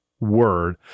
word